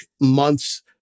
months